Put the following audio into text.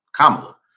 Kamala